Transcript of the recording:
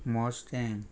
mustang